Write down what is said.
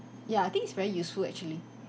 ya I think it's very useful actually